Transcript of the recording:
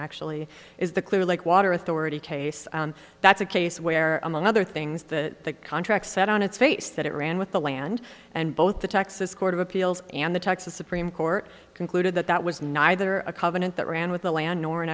actually is the clear lake water authority case that's a case where among other things the contract said on its face that it ran with the land and both the texas court of appeals and the texas supreme court concluded that that was neither a covenant that ran with